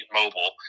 mobile